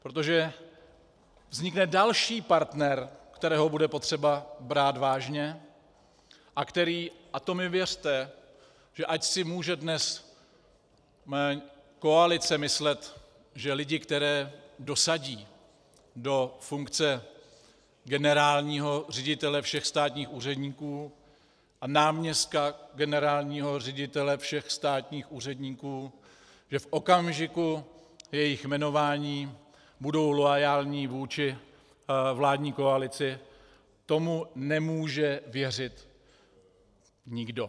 Protože vznikne další partner, kterého bude potřeba brát vážně a který, a to mi věřte, ať si může dnes koalice myslet, že lidi, které dosadí do funkce generálního ředitele všech státních úředníků a náměstka generálního ředitele všech státních úředníků, že v okamžiku jejich jmenování budou loajální vůči vládní koalici, tomu nemůže věřit nikdo.